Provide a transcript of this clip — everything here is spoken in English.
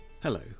Hello